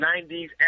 90s